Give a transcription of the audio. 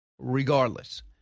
regardless